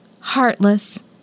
heartless